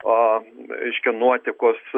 o reiškia nuotekos